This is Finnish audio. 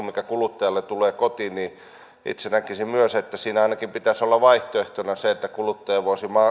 mikä kuluttajalle tulee kotiin niin itse näkisin myös että ainakin pitäisi olla vaihtoehtona se että kuluttaja voisi